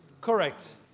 correct